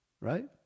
Right